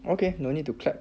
okay no need to clap